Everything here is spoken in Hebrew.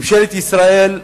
ממשלת ישראל,